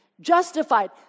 Justified